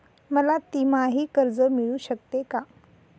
मला तिमाही कर्ज मिळू शकते का?